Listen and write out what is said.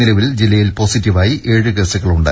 നിലവിൽ ജില്ലയിൽ പോസിറ്റീവായി ഏഴ് കേസുകളുണ്ട്